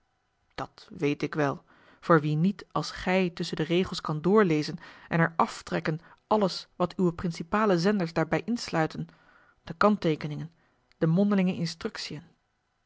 dat weet ik wel voor wie niet als gij tusschen de regels kan doorlezen en er aftrekken alles wat uwe principale zenders daarbij insluiten de kantteekeningen de mondelinge instructiën